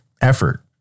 effort